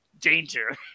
danger